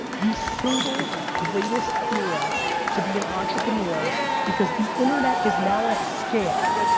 the single greatest era to be an entrepreneur because the internet is now at scale.